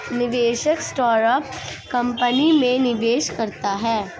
निवेशक startup company में निवेश करता है